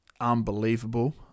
unbelievable